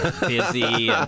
busy